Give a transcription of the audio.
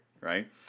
right